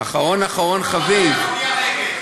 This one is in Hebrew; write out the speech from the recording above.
כבר חשבתי שזה לא יגיע.